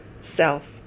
self